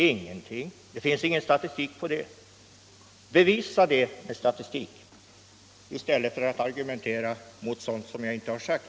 Ingenting — det finns ingen statistik på det. Bevisa det med statistik i stället för att argumentera mot sådant som jag inte har sagt!